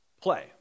play